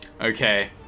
Okay